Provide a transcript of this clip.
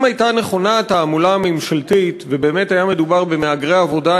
אם הייתה נכונה התעמולה הממשלתית ובאמת היה מדובר במהגרי עבודה,